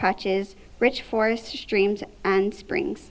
patches rich forest streams and springs